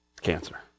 cancer